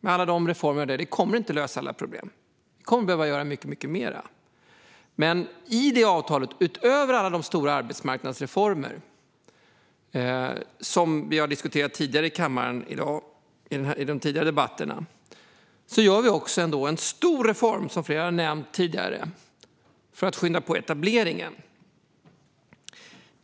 med dess reformer kommer inte att lösa alla problem. Vi kommer att behöva göra mycket mer. Men i det avtalet, utöver alla de stora arbetsmarknadsreformer som vi har diskuterat i de tidigare debatterna i dag, genomför vi ändå en stor reform som flera har nämnt tidigare för att skynda på etableringen.